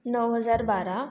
नऊ हजार बारा